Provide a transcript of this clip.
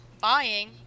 buying